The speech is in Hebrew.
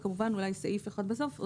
וכמובן אולי סעיף אחד בסוף.